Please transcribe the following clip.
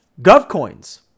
GovCoins